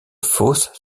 fosses